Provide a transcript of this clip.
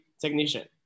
technician